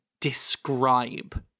describe